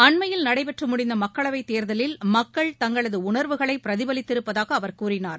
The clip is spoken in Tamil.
அண்மையில் நடைபெற்று முடிந்த மக்களவைத் தேர்தலில் மக்கள் தங்களது உணர்வைகளை பிரதிபலித்திருப்பதாக அவர் கூறினார்